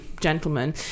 gentlemen